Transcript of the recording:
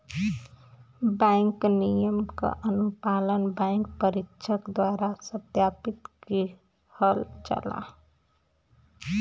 bank नियम क अनुपालन बैंक परीक्षक द्वारा सत्यापित किहल जाला